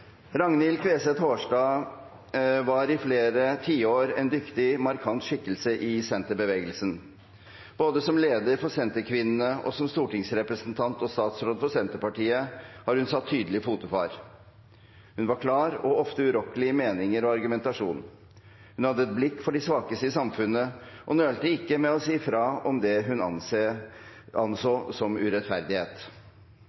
Ragnhild Queseth Haarstad var i flere tiår en dyktig og markant skikkelse i senterbevegelsen. Både som leder for Senterkvinnene og som stortingsrepresentant og statsråd for Senterpartiet har hun satt tydelige fotefar. Hun var klar og ofte urokkelig i meninger og argumentasjon. Hun hadde et blikk for de svakeste i samfunnet og nølte ikke med å si fra om det hun anså